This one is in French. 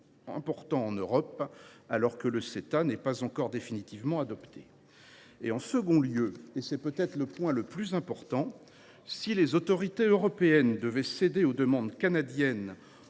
importants en Europe, alors que le Ceta n’est pas définitivement adopté. En second lieu, et c’est peut être là l’essentiel, si les autorités européennes devaient céder aux demandes canadiennes